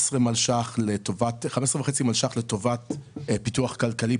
15.5 מיליון שקלים לטובת פיתוח כלכלי,